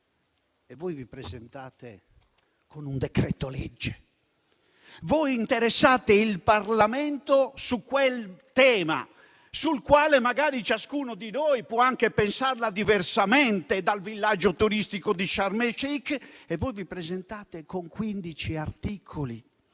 e voi vi presentate con un decreto-legge. Voi interessate il Parlamento su quel tema, sul quale magari ciascuno di noi può anche pensarla diversamente, citando ad esempio il villaggio turistico di Sharm el-Sheikh, e vi presentate con quindici articoli.